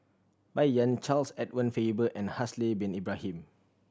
Bai Yan Charles Edward Faber and Haslir Bin Ibrahim